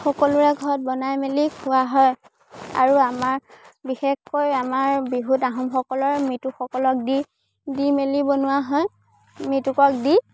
সকলোৰে ঘৰত বনাই মেলি খোৱা হয় আৰু আমাৰ বিশেষকৈ আমাৰ বিহুত আহোমসকলৰ মৃতকসকলক দি দি মেলি বনোৱা হয় মৃতকক দি